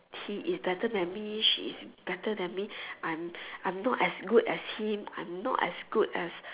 he is better than me she is better than me I'm I'm not as good as him I'm not as good as